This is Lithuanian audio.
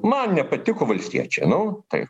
man nepatiko valstiečiai nu taip